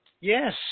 Yes